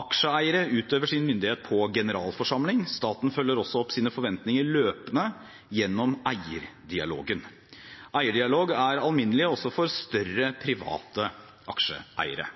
Aksjeeiere utøver sin myndighet på generalforsamling. Staten følger også opp sine forventninger løpende gjennom eierdialogen. Eierdialog er alminnelig også for større private aksjeeiere.